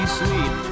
sweet